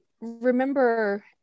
remember